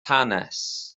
hanes